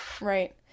right